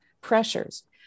pressures